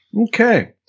Okay